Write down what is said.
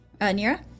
Nira